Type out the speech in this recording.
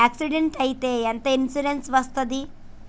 Accident అయితే ఎంత insurance వస్తది?